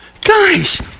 Guys